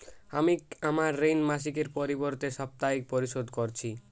আমি আমার ঋণ মাসিকের পরিবর্তে সাপ্তাহিক পরিশোধ করছি